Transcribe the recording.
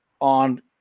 on